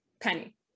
Penny